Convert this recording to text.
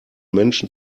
menschen